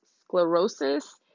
sclerosis